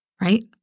right